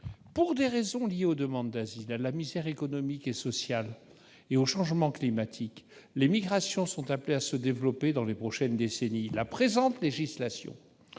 Pour des raisons liées aux demandes d'asile, à la misère économique et sociale et aux changements climatiques, les migrations sont appelées à se développer dans les prochaines décennies. La présente législation